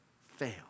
fail